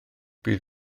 bydd